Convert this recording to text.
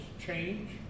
change